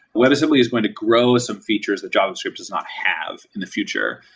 webassembly is going to grow some features that javascript does not have in the future.